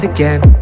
again